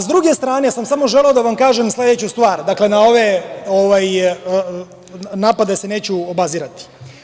S druge strane sam samo želeo da vam kažem sledeću stvar, dakle, na ove napade se neću obazirati.